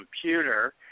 computer